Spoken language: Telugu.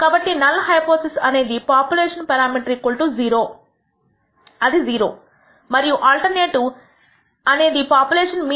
కాబట్టి నల్ హైపోథిసిస్ అనేది పాపులేషన్ పేరామీటర్ 0 అది 0 మరియు ఆల్టర్నేటివ్ నీ అనేది పాపులేషన్ మీన్ అనేది